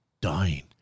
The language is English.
dying